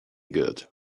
good